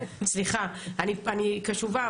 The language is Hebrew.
סליחה, אני קשובה.